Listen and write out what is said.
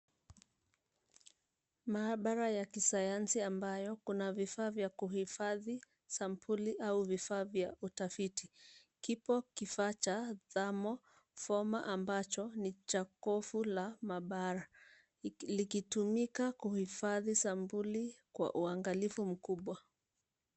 Maabara ya kisayansi ambayo kuna vifaa vya kuhifadhi sampuli au vifaa vya utafiti. Kipo kifaa cha thermalformer ambacho ni cha kovu la maabara, likitumika kuhifadhi sampuli kwa uangalifu mkubwa.